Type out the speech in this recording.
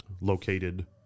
located